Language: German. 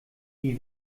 wie